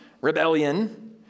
rebellion